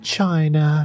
China